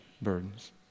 burdens